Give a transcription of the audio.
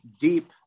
deep